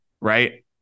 right